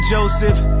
Joseph